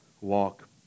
walk